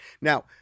Now